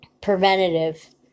preventative